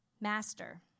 Master